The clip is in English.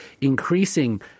increasing